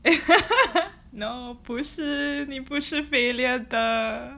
no 不是你不是 failure 的